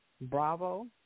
Bravo